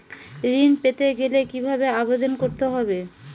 ঋণ পেতে গেলে কিভাবে আবেদন করতে হবে?